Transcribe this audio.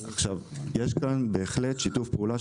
יש כאן בהחלט שיתוף פעולה,